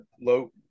low